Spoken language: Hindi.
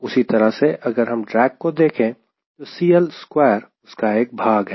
उसी तरह से अगर हम ड्रेग को देखें तो CL2 उसका एक भाग है